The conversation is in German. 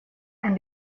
ein